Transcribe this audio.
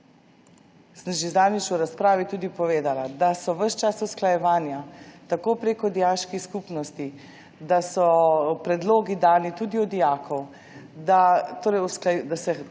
Sem že zadnjič v razpravi tudi povedala, da so ves čas usklajevanja, tako prek dijaških skupnosti, da so predlogi dani tudi od dijakov, da se